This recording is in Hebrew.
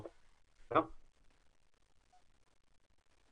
בעצם מהלכים,